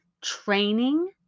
training